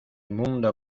mundo